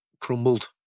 crumbled